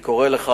אני קורא לך,